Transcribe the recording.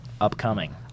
upcoming